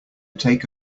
take